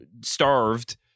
starved